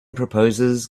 proposes